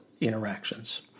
interactions